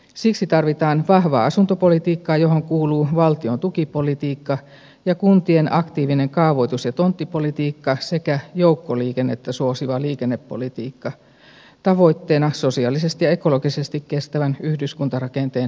siksi tarvitaan vahvaa asuntopolitiikkaa johon kuuluu valtion tukipolitiikka ja kuntien aktiivinen kaavoitus ja tonttipolitiikka sekä joukkoliikennettä suosiva liikennepolitiikka tavoitteena sosiaalisesti ja ekologisesti kestävän yhdyskuntarakenteen edistäminen